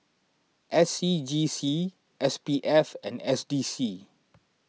S C G C S P F and S D C